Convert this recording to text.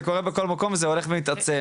זה קורה בכל מקום וזה הולך ומתעצם,